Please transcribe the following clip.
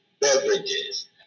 beverages